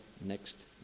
next